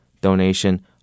donation